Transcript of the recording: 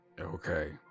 Okay